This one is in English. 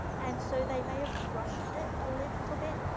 and so they may have rushed it a little bit,